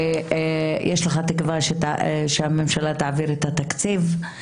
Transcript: ויש לך תקווה שהממשלה תעביר את התקציב.